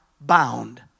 bound